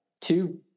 two